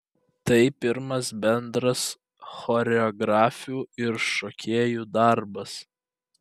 tai pirmas bendras choreografių ir šokėjų darbas